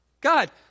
God